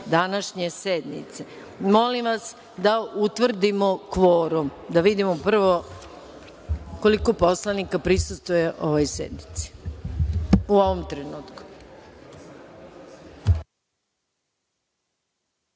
današnje sednice. Molim vas da utvrdimo kvorum i da vidimo prvo koliko poslanika prisustvuje ovoj sednici